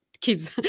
kids